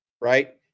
right